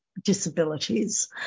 disabilities